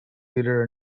leader